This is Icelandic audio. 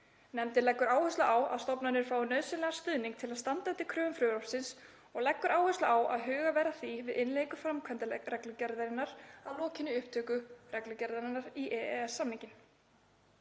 Nefndin leggur áherslu á að stofnanir fái nauðsynlegan stuðning til að standa undir kröfum frumvarpsins og leggur áherslu á að hugað verði að því við innleiðingu framkvæmdarreglugerðarinnar að lokinni upptöku reglugerðarinnar í EES-samninginn.